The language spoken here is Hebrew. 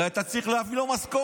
הרי אתה צריך להביא לו משכורות.